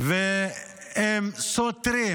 והם סותרים